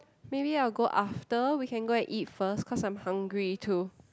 maybe I'll go after we can go and eat first cause I'm hungry too